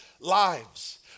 lives